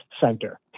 Center